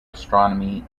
astronomy